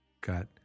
Got